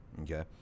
okay